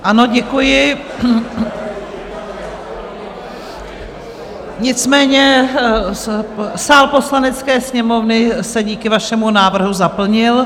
Ano, děkuji, nicméně sál Poslanecké sněmovny se díky vašemu návrhu zaplnil.